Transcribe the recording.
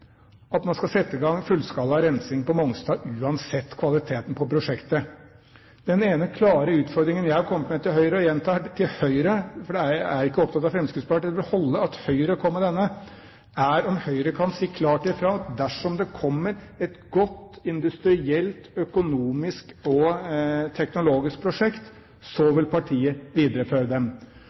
at man skal sette i gang fullskala rensing på Mongstad uansett kvaliteten på prosjektet. Den ene klare utfordringen jeg har kommet med til Høyre – og jeg gjentar: til Høyre, for jeg er ikke opptatt av Fremskrittspartiet; det vil holde med Høyre – er om Høyre kan si klart ifra at dersom det kommer et godt, industrielt, økonomisk og teknologisk prosjekt, vil partiet videreføre